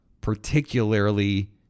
particularly